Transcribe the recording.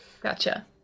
Gotcha